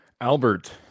Albert